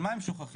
מה הם שוכחים?